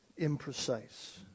imprecise